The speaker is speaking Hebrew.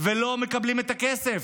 ולא מקבלים את הכסף.